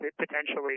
potentially